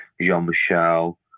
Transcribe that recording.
Jean-Michel